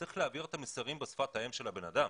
צריך להעביר את המסרים בשפת האם של הבן אדם.